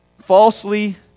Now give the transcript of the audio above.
falsely